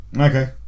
Okay